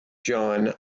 john